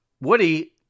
Woody